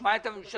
נשמע את הממשלה,